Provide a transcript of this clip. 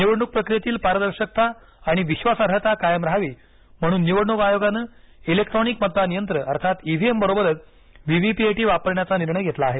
निवडणूक प्रक्रियेतील पारदर्शकता आणि विश्वासार्हता कायम राहावी म्हणून निवडणूक आयोगानं इलेक्ट्रॉनिक मतदान यंत्र अर्थात इ व्ही एम बरोबरच V V P A T वापरण्याचा निर्णय घेतला आहे